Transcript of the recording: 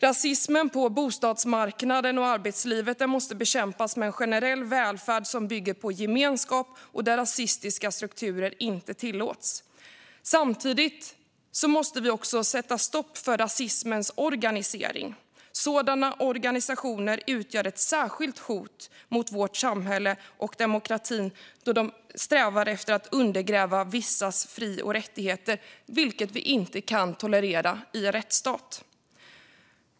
Rasismen på bostadsmarknaden och i arbetslivet bekämpas med generell välfärd som bygger på gemenskap där rasistiska strukturer inte tillåts. Samtidigt måste vi också sätta stopp för rasismens organisering. Sådana organisationer utgör ett särskilt hot mot vårt samhälle och demokratin, eftersom de strävar efter att undergräva vissas fri och rättigheter. Det kan vi inte tolerera i en rättsstat.